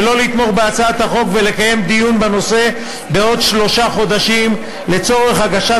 שלא לתמוך בהצעת החוק ולקיים דיון בנושא בעוד שלושה חודשים לצורך הגשת